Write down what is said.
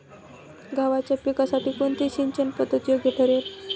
गव्हाच्या पिकासाठी कोणती सिंचन पद्धत योग्य ठरेल?